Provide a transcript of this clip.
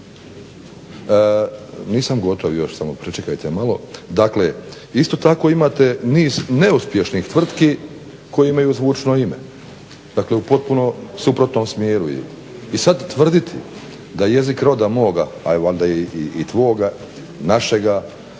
Nisam gotov još, samo pričekajte malo. Dakle, isto tako imate niz neuspješnih tvrtki koje imaju zvučno ime. Dakle, u potpuno suprotnom smjeru. I sad tvrditi da jezik roda moga, a valjda i tvoga, našega